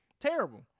Terrible